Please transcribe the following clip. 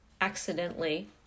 accidentally